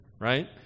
right